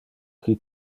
qui